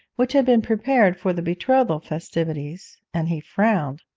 which had been prepared for the betrothal festivities, and he frowned.